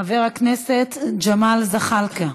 חבר הכנסת ג'מאל זחאלקה,